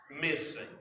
missing